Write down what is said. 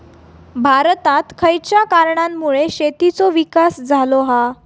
भारतात खयच्या कारणांमुळे शेतीचो विकास झालो हा?